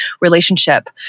relationship